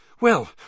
Well